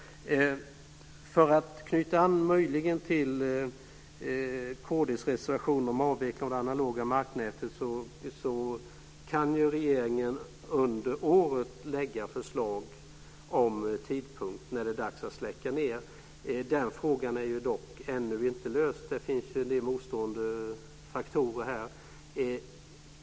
För att möjligen knyta an till kd:s reservation om avveckling av det analoga marknätet vill jag säga att regeringen under året kan lägga fram förslag om vid vilken tidpunkt det är dags att släcka ned. Den frågan är dock ännu inte löst. Det finns en del motsägande faktorer här.